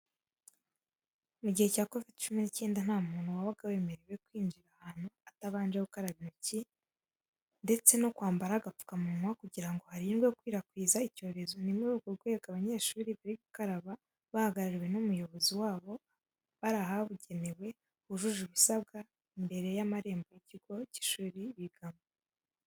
Mugihe cya covid cumi nicyenda ntamuntu wabaga wemerewe kwinjira ahantu atabanje gukaraba intoki ndetse no kwambara agapfuka munywa kugirango hirindwe gukwirakwiza icyo rezo nimuri urwo rwego aba banyeshuli bari gukaraba bahagarariwe n' umuyobozi wabo barahabugenewe hujuje ibisabwa imbere y'amarembo yikigo cy'ishuli bigamo.